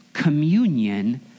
Communion